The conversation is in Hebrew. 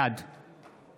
בעד